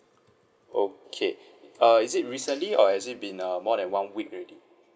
okay err is it recently or has it been uh more than one week already